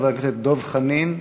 חבר הכנסת דב חנין.